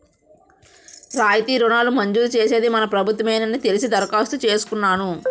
రాయితీ రుణాలు మంజూరు చేసేది మన ప్రభుత్వ మేనని తెలిసి దరఖాస్తు చేసుకున్నాను